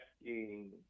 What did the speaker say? asking